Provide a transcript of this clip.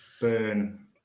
Burn